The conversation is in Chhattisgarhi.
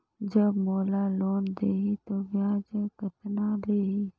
जब मोला लोन देही तो ब्याज कतना लेही?